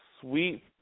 sweet